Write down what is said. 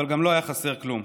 אבל גם לא חסר כלום.